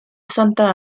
santa